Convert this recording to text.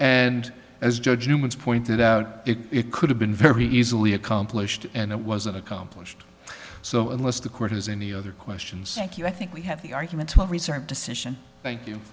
and as judge newman's pointed out it could have been very easily accomplished and it wasn't accomplished so unless the court has any other questions thank you i think we have the arguments of recent decision thank you